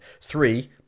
Three